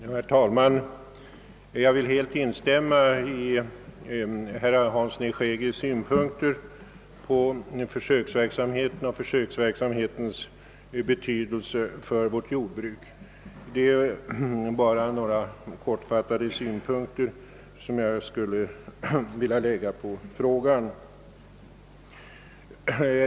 Herr talman! Jag vill helt instämma i herr Hanssons i Skegrie synpunkter på försöksverksamheten och dess betydelse för vårt jordbruk. Jag skulle emellertid helt kortfattat vilja lägga ytterligare några synpunkter på frågan.